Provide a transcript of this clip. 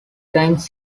times